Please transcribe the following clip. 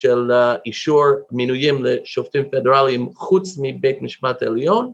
של אישור מינויים לשופטים פדרליים חוץ מבית משפט עליון